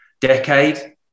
decade